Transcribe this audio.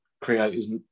creator's